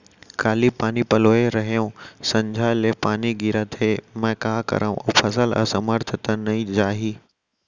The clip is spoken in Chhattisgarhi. काली पानी पलोय रहेंव, संझा ले पानी गिरत हे, मैं का करंव अऊ फसल असमर्थ त नई जाही?